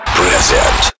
present